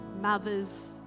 mother's